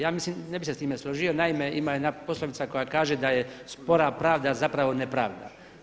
Ja mislim, ne bih se sa time složio, naime, ima jedna poslovica koja kaže da je spora pravda zapravo nepravda.